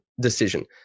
decision